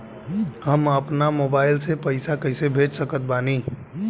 हम अपना मोबाइल से पैसा कैसे भेज सकत बानी?